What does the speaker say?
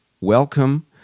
welcome